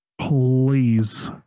please